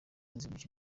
itsinzi